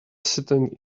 sitting